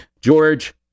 George